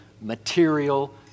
material